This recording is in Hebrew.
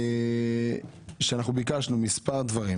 אנחנו ביקשנו מספר דברים